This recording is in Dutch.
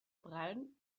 bruin